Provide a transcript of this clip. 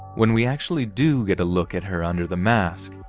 when we actually do get a look at her under the mask,